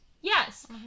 Yes